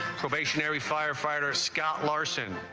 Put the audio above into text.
probationary firefighter scott larsen